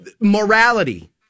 morality